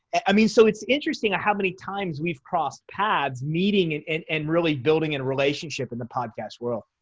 i mean so it's interesting how many times we've crossed pods meeting and and and really building and relationship in the podcast world.